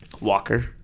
Walker